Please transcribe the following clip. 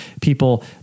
people